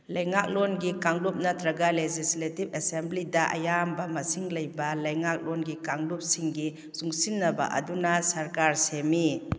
ꯂꯩꯉꯥꯛꯂꯣꯟꯒꯤ ꯀꯥꯡꯂꯨꯞ ꯅꯠꯇ꯭ꯔꯒ ꯂꯦꯖꯤꯁꯂꯦꯇꯤꯞ ꯑꯦꯁꯦꯝꯕ꯭ꯂꯤꯗ ꯑꯌꯥꯝꯕ ꯃꯁꯤꯡ ꯂꯩꯕ ꯂꯩꯉꯥꯛꯂꯣꯟꯒꯤ ꯀꯥꯡꯂꯨꯞꯁꯤꯡꯒꯤ ꯆꯨꯡꯁꯤꯟꯅꯕ ꯑꯗꯨꯅ ꯁꯔꯀꯥꯔ ꯁꯦꯝꯃꯤ